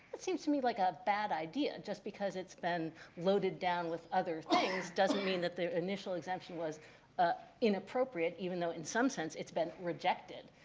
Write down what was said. seems to me like a bad idea, just because it's been loaded down with other things doesn't mean that the initial exemption was inappropriate, even though in some sense, it's been rejected.